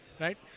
right